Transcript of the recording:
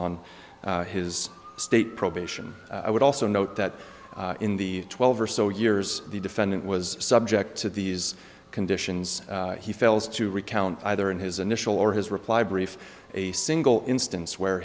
on his state probation i would also note that in the twelve or so years the defendant was subject to these conditions he fails to recount either in his initial or his reply brief a single instance where